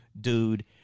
dude